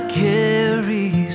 carries